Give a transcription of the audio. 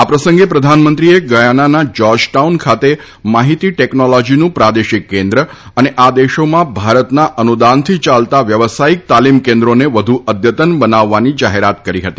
આ પ્રસંગે પ્રધાનમંત્રીએ ગયાનાના જયોર્જ ટાઉન ખાતે માહિતી ટેકનોલોજીનું પ્રાદેશિક કેન્દ્ર અને આ દેશોમાં ભારતના અનુદાનથી ચાલતાં વ્યવસાયિક તાલીમ કેન્દ્રોને વધુ અદ્યતન બનાવવાની જાહેરાત કરી હતી